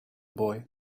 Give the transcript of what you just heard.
boy